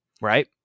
Right